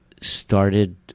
started